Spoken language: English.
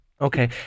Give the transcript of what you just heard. Okay